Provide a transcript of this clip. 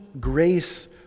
grace